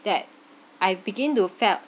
that I begin to felt